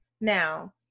Now